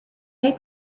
take